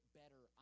better